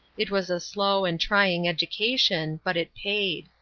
it was a slow and trying education, but it paid.